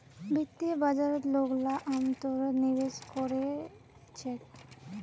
वित्तीय बाजारत लोगला अमतौरत निवेश कोरे छेक